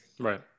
Right